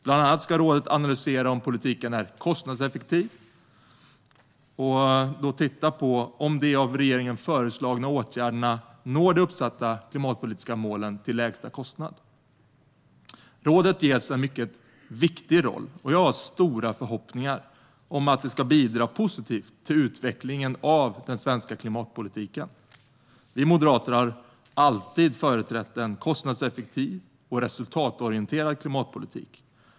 Bland annat ska rådet analysera om politiken är kostnadseffektiv och då titta på om de av regeringen föreslagna åtgärderna når de uppsatta klimatpolitiska målen till lägsta kostnad. Rådet ges en mycket viktig roll, och jag har stora förhoppningar om att det ska bidra positivt till utvecklingen av den svenska klimatpolitiken. Vi moderater har alltid företrätt en kostnadseffektiv och resultatorienterad klimatpolitik.